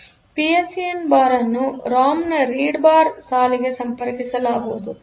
ಆದ್ದರಿಂದ P S E N bar ಅನ್ನು RAM ನ ರೀಡ್ ಬಾರ್ ಸಾಲಿಗೆ ಸಂಪರ್ಕಿಸಲಾಗುವುದು